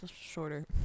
shorter